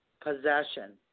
possession